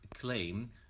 claim